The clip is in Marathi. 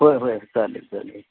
होय होय चालेल चालेल